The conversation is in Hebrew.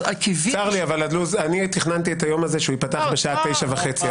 צר לי אבל תכננתי שהיום הזה ייפתח ב-09:30.